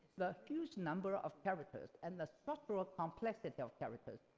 the huge number of characters and the structural complexity of characters.